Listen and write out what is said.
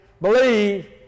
believe